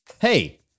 Hey